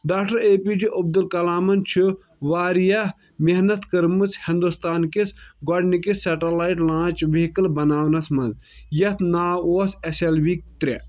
doctor A P J عبد الکلامن چھُ واریاہ محنت کٔرمٕژ ہنٛدوستان کِس گۄڈٕنِکِس سیٹلائٹ لانچ وہیکل بِناونَس منٛز یَتھ ناو اوس ایٚس ایٚل وی ترے